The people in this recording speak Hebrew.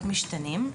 משתנים,